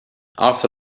after